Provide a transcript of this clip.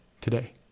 today